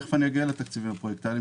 תיכף אגיע לתקציבים הפרויקטלים,